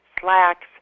slacks